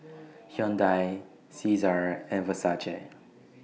Hyundai Cesar and Versace